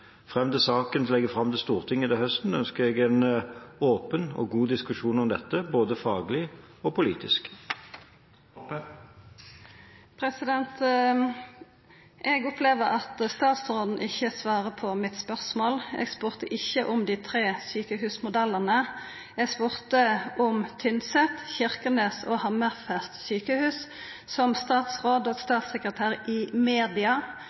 Fram til saken legges fram for Stortinget til høsten, ønsker jeg en åpen og god diskusjon om dette, både faglig og politisk. Eg opplever at statsråden ikkje svarer på spørsmålet mitt. Eg spurde ikkje om dei tre sjukehusmodellane, eg spurde om sjukehusa i Tynset, Kirkenes og Hammerfest – som statsråd og statssekretær i media